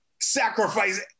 sacrifice